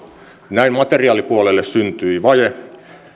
näin materiaalipuolelle syntyi vaje